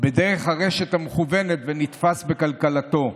דרך הרשת המקוונת ונתפס בקלקלתו.